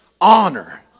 honor